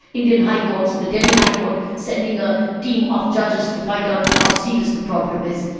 indian high courts, the delhi high court sending a team of judges to find out how serious the problem is.